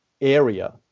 area